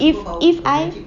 if if I